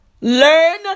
Learn